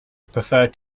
prefer